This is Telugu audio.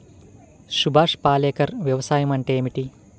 సుభాష్ పాలేకర్ వ్యవసాయం అంటే ఏమిటీ?